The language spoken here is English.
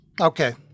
Okay